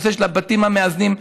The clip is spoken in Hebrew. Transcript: הנושא של הבתים המאזנים,